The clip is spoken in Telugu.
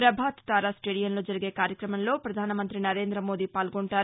ప్రభాత్ తార స్లేదియంలో జరిగే కార్యక్రమంలో ప్రధానమంత్రి సరేంద్ర మోదీ పాల్గొంటారు